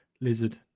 lizard